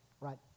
right